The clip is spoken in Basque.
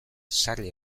sarri